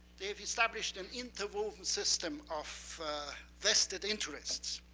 they've established and interwoven system of vested interests,